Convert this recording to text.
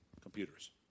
Computers